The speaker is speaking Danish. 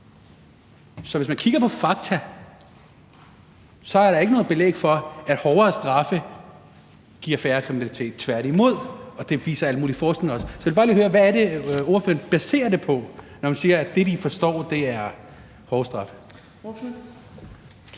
Så hvis man kigger på fakta, vil man se, at der ikke er noget belæg for, at hårdere straffe giver mindre kriminalitet, tværtimod, og det viser al mulig forskning også. Så jeg vil bare lige høre, hvad det er, ordføreren baserer det på, når han siger, at det, de forstår, er hårdere straffe.